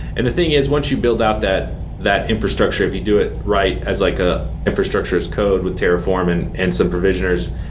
and the thing is once you build out that that infrastructure, if you do it right as like an ah infrastructure's code with terraform and and some provisionners,